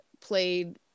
played